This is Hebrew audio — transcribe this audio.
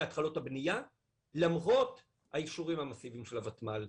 התחלות הבנייה למרות האישורים של הוותמ"ל.